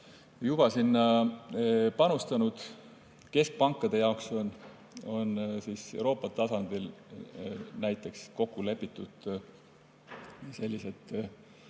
juba sinna panustanud. Keskpankade jaoks on Euroopa tasandil näiteks kokku lepitud sellised